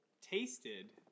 tasted